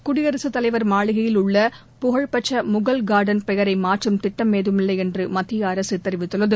குடியரசுத் தலைவர் மாளிகையில் உள்ள புகழ்பெற்ற மொஹல் கார்டன் பெயரை மாற்றும் திட்டம் ஏதுமில்லை என்று மத்திய அரசு கூறியுள்ளது